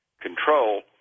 control